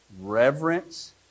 reverence